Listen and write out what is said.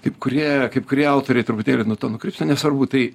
kaip kurie kaip kurie autoriai truputėlį nuo to nukrypsta nesvarbu tai